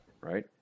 Right